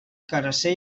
carasser